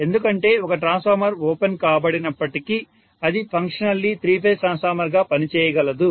ఎందుకంటే ఒక transformer open కాబడినప్పటికీ అది ఫంక్షనల్లీ త్రీ ఫేజ్ ట్రాన్స్ఫార్మర్ గా పని చేయగలదు